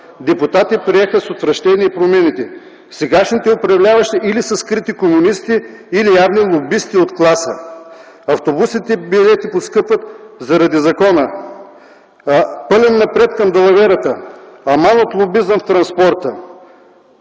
„Депутати приеха с отвращение промените”, „Сегашните управляващи или са скрити комунисти, или явни лобисти от класа”, „Автобусните билети поскъпват заради закона”, „Пълен напред към далаверата”, „Аман от лобизъм в транспорта”,